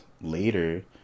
later